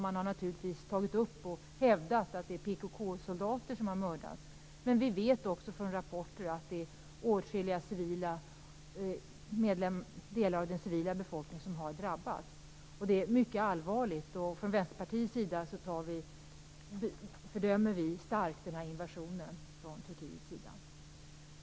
Naturligtvis har man hävdat att det är PKK soldater som har mördats, men vi vet också från rapporter att stora delar av den civila befolkningen har drabbats. Det är mycket allvarligt. Från Vänsterpartiets sida fördömer vi starkt den här invasionen från Turkiets sida.